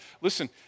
Listen